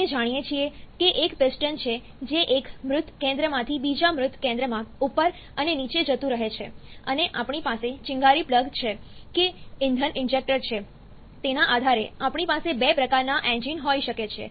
આપણે જાણીએ છીએ કે એક પિસ્ટન છે જે એક મૃત કેન્દ્રમાંથી બીજા મૃત કેન્દ્રમાં ઉપર અને નીચે જતું રહે છે અને આપણી પાસે ચિનગારી પ્લગ છે કે ઇંધન ઇન્જેક્ટર છે તેના આધારે આપણી પાસે બે પ્રકારના એન્જિન હોઈ શકે છે